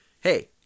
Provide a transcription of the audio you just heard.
Hey